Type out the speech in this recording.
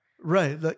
right